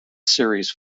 series